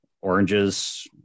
Oranges